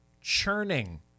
churning